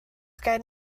gen